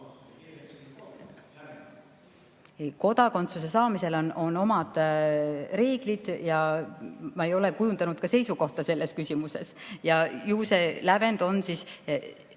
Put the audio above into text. Kodakondsuse saamisel on omad reeglid ja ma ei ole kujundanud seisukohta selles küsimuses. Ju see lävend on sellel